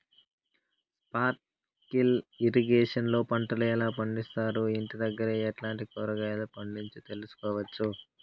Sprinkle irrigation లో పంటలు ఎలా పండిస్తారు, ఇంటి దగ్గరే ఎట్లాంటి కూరగాయలు పండించు తెలుసుకోవచ్చు?